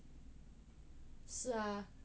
是啊